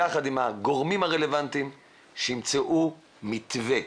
יחד עם הגורמים הרלוונטיים שימצאו מתווה,